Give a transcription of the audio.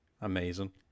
amazing